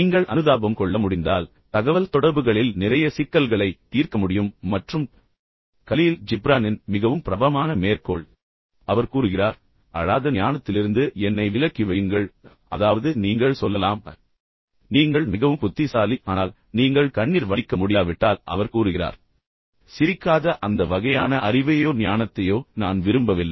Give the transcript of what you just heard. நீங்கள் அனுதாபம் கொள்ள முடிந்தால் தகவல்தொடர்புகளில் நிறைய சிக்கல்களைத் தீர்க்க முடியும் மற்றும் கலீல் ஜிப்ரானின் மிகவும் பிரபலமான மேற்கோள் அவர் கூறுகிறார் அழாத ஞானத்திலிருந்து என்னை விலக்கி வையுங்கள் அதாவது நீங்கள் சொல்லலாம் நீங்கள் மிகவும் புத்திசாலி மற்றும் புத்திசாலி நபர் ஆனால் நீங்கள் கண்ணீர் வடிக்க முடியாவிட்டால் அவர் கூறுகிறார் சிரிக்காத அந்த வகையான அறிவையோ ஞானத்தையோ நான் விரும்பவில்லை